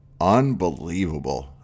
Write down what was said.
Unbelievable